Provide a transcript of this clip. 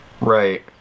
right